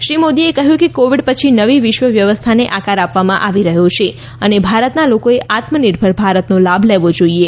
શ્રી મોદીએ કહ્યું કે કોવિડ પછી નવી વિશ્વ વ્યવસ્થાને આકાર આપવામાં આવી રહ્યો છે અને ભારતના લોકોએ આત્મનિર્ભર ભારતનો લાભ લેવો જોઈએ